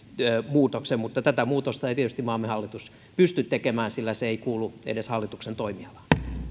muutoksen mutta tätä muutosta ei tietysti maamme hallitus pysty tekemään sillä se ei kuulu edes hallituksen toimialaan